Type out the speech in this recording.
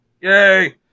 Yay